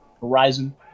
Horizon